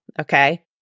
Okay